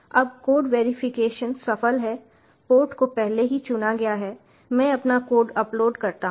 अब code verification सफल है पोर्ट को पहले ही चुना गया है मैं अपना कोड अपलोड करता हूं